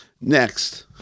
Next